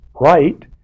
right